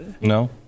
No